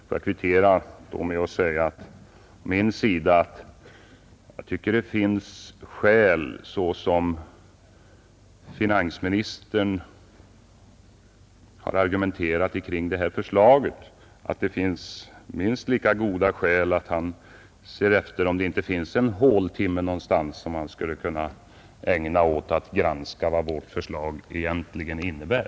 Får jag kvittera med att säga att jag för min del tycker att det, så som finansministern har argumenterat kring det här förslaget, föreligger minst lika goda skäl för att han ser efter om det inte finns en håltimme någonstans som han skulle kunna ägna åt att granska vad vårt förslag egentligen innebär.